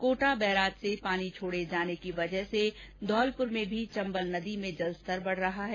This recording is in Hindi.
कोटा बैराज से पानी छोड़े जाने की वजह से ही धौलपुर में भी चंबल नदी में जलस्तर बढ़ रहा है